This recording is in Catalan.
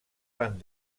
van